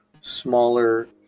smaller